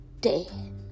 dead